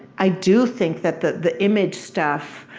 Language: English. i do think that the the image stuff,